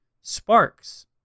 sparks